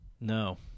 No